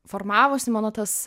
formavosi mano tas